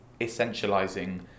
essentializing